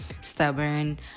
stubborn